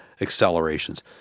accelerations